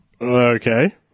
Okay